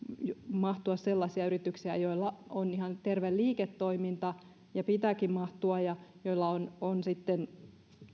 mahtua sellaisia yrityksiä joilla on ihan terve liiketoiminta ja pitääkin mahtua ja joilla on on sitten